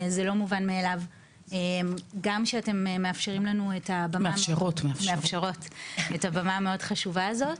זה לא מובן מאליו שאתם מאפשרות לנו את הבמה המאוד חשובה הזו,